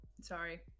Sorry